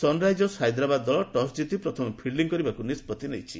Sunrisers Hyderabad ଦଳ toss ଜିତି ପ୍ରଥମେ ଫିଲ୍ଟି କରିବାକୁ ନିଷ୍ପଭି ନେଇଛି